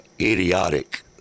idiotic